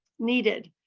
needed.